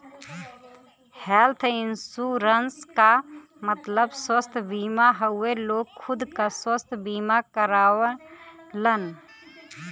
health insurance क मतलब स्वस्थ बीमा हउवे लोग खुद क स्वस्थ बीमा करावलन